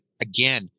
again